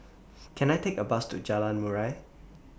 Can I Take A Bus to Jalan Murai